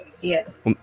Yes